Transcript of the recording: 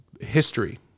history